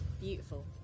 Beautiful